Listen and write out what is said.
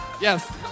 Yes